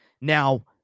Now